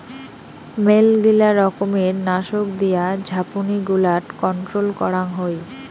মেলগিলা রকমের নাশক দিয়া ঝাপনি গুলাট কন্ট্রোল করাং হই